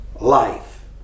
life